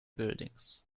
buildings